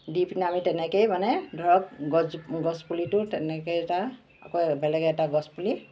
দি পিনে আমি তেনেকেই মানে ধৰক গছ গছ পুলিটো তেনেকৈ এটা আকৌ বেলেগে এটা গছ পুলি